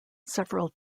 several